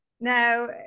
Now